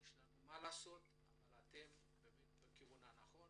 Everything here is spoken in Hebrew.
יש לנו מה לעשות אבל אתם בכיוון הנכון.